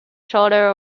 shorter